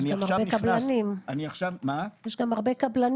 אני נכנס עכשיו --- יש גם הרבה קבלנים,